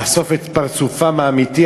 לחשוף את פרצופם האמיתי,